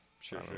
sure